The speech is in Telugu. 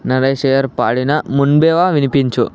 నరేష్ అయ్యర్ పాడిన మొండెవా వినిపించు